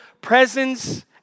presence